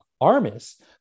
Armis